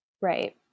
Right